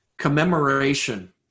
commemoration